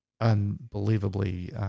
unbelievably